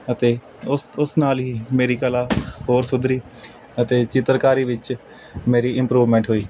ਅਤੇ ਉਸ ਉਸ ਨਾਲ ਹੀ ਮੇਰੀ ਕਲਾ ਹੋਰ ਸੁਧਰੀ ਅਤੇ ਚਿੱਤਰਕਾਰੀ ਵਿੱਚ ਮੇਰੀ ਇੰਪਰੂਵਮੈਂਟ ਹੋਈ